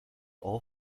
all